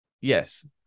yes